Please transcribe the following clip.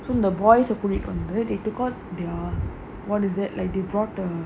so அந்த:antha boys ah கூடிட்டு வந்து:koodittu vanthu they took out what is that like they brought them